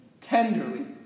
tenderly